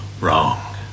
wrong